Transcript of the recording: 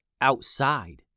outside